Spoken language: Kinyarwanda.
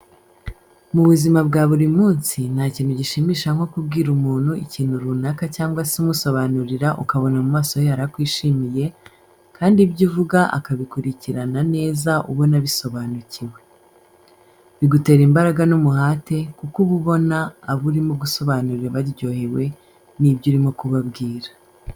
Mu buzima bwa buri munsi nta kintu gishimisha nko kubwira umuntu ikintu runaka cyangwa se umusobanurira ukabona mu maso he harakwishimiye, kandi ibyo uvuga akabikurikirana neza ubona abisobanukiwe. Bigutera imbaraga n'umuhate kuko uba ubona abo urimo gusobanurira baryohewe n'ibyo urimo kubabwira.